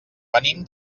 venim